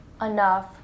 enough